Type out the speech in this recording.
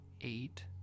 eight